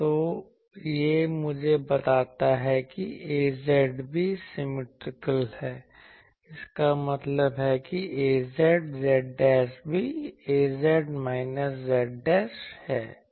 तो यह मुझे बताता है कि Az भी सिमिट्रिकल है इसका मतलब है कि Az z भी Az z है